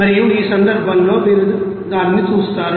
మరియు ఈ సందర్భంలో మీరు దానిని చూస్తారు